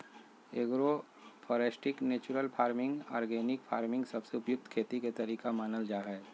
agro foresting, natural farming, organic farming सबसे उपयुक्त खेती के तरीका मानल जा हय